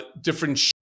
different